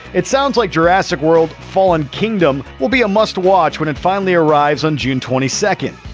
it sounds like jurassic world fallen kingdom will be a must-watch when it finally arrives on june twenty second.